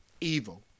Evil